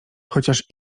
chociaż